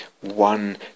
one